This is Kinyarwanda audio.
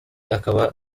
akaba